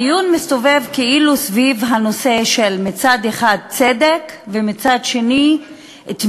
הדיון מסתובב כאילו סביב הנושא של צדק מצד אחד,